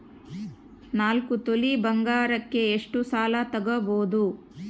ನಾಲ್ಕು ತೊಲಿ ಬಂಗಾರಕ್ಕೆ ಎಷ್ಟು ಸಾಲ ತಗಬೋದು?